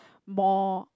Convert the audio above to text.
more